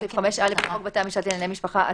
סעיף 5א לחוק בתי המשפט לענייני משפחה,